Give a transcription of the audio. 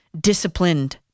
disciplined